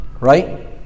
Right